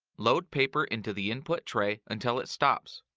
load paper into the input tray until it stops.